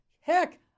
Heck